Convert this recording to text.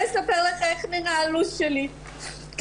לא אספר לך איך נראה הלו"ז שלי כחד-הורית.